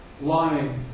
lying